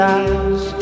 eyes